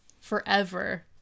forever